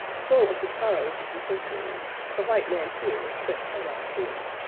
full of the sorrows of the centuries the white man hears, but cannot feel.